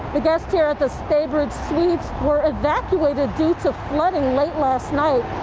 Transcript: it got here at the state bird flu were evacuated due to flooding late last night.